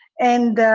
and